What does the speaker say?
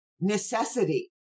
necessity